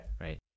right